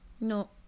no